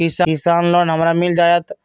किसान लोन हमरा मिल जायत?